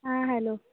आ hello